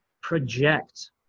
project